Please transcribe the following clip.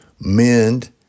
mend